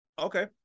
Okay